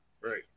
Right